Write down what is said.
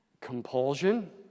compulsion